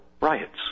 riots